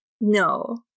No